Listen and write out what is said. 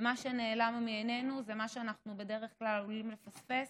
ומה שנעלם מעינינו זה מה שאנחנו בדרך כלל עלולים לפספס.